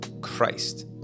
Christ